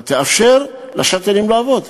אבל תאפשר ל"שאטלים" לעבוד.